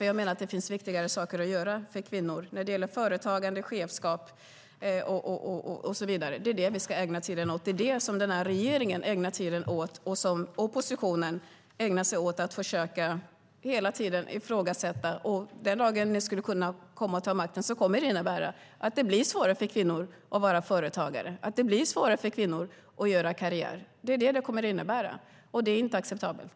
Jag menar att det finns viktigare saker att göra för kvinnor när det gäller företagande, chefskap och så vidare, och det är det vi ska ägna tiden åt. Det är det som den här regeringen ägnar tiden åt och som oppositionen ägnar sig åt att hela tiden försöka ifrågasätta. Om den dagen skulle komma att ni tar makten kommer det att bli svårare för kvinnor att vara företagare. Det blir svårare för kvinnor att göra karriär. Det är det som det kommer att innebära, och det är inte acceptabelt.